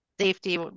safety